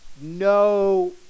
No